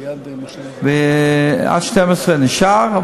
ועד 12 נשאר,